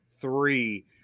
three